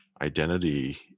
identity